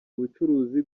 ubucuruzi